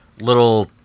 little